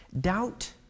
Doubt